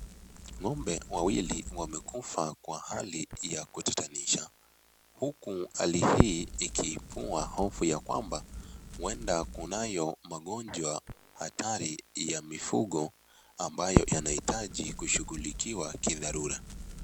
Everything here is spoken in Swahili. Ng'ombe wawili wamekufa kwa hali ya kutatanisha huku hali hii ikiibua hofu ya kwamba ueda kunayo magonjwa hatari ya mifugo ambayo yanaitaji kushughulikiwa kidharura.